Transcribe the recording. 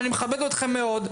ואני מכבד אתכם מאוד,